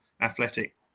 athletic